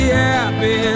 happy